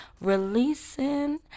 Releasing